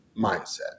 mindset